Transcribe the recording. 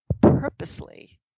purposely